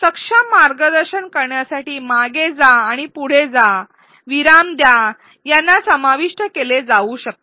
सक्षम मार्गदर्शन करण्यासाठी मागे जा आणि पुढे जा विराम द्या यांना समाविष्ट केले जाऊ शकते